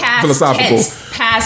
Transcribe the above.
Philosophical